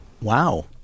Wow